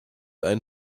ein